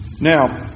Now